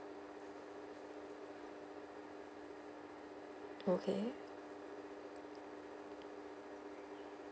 okay